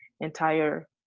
entire